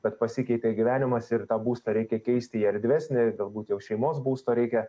bet pasikeitė gyvenimas ir tą būstą reikia keisti į erdvesnį galbūt jau šeimos būsto reikia